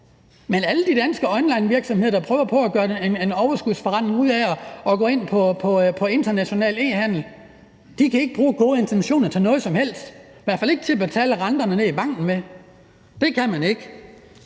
men alle de danske onlinevirksomheder, der prøver at få sig en overskudsforretning ved at gå ind på international e-handel, kan ikke bruge gode intentioner til noget som helst, i hvert fald ikke til at betale renterne nede i banken med. Det kan man ikke.